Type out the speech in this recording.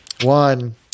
One